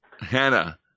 Hannah